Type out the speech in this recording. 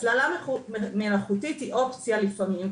הצללה מלאכותית היא אופציה לפעמים,